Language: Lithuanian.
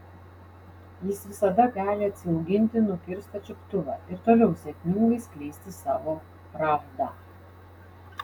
jis visada gali atsiauginti nukirstą čiuptuvą ir toliau sėkmingai skleisti savo pravdą